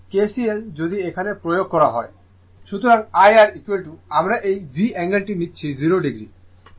সুতরাং IR আমরা এই V অ্যাঙ্গেলটি নিচ্ছি 0o এটি রেফারেন্স ভোল্টেজ দেওয়া হয়েছে